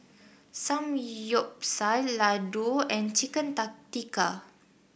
Samgeyopsal Ladoo and Chicken Ta Tikka